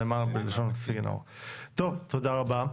תודה רבה.